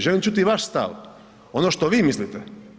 Želim čuti i vaš stav, ono što vi mislite.